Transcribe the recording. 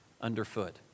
underfoot